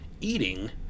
eating